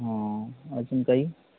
हां अजून काही